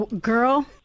Girl